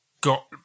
got